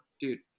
dude